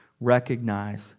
recognize